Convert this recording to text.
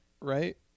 right